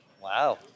wow